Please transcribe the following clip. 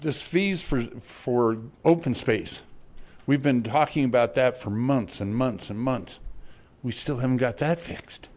this fees for for open space we've been talking about that for months and months and months we still have got that fixed